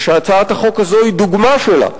ושהצעת החוק הזו היא דוגמה שלה,